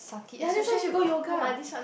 ya that's why should go yoga